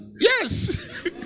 Yes